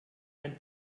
ein